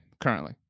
currently